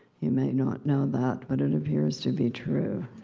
you may not know that, but it appears to be true.